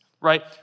right